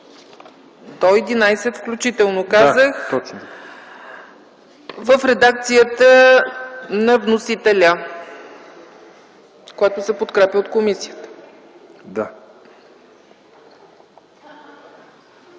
до 11 включително в редакцията на вносителя, която се подкрепя от комисията.